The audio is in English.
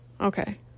okay